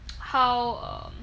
how um